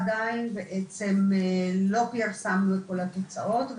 עדיין בעצם לא פרסמנו את כל התוצאות.